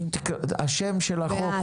מה שם החוק